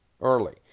early